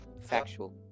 Factual